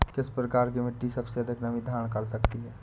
किस प्रकार की मिट्टी सबसे अधिक नमी धारण कर सकती है?